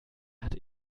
hat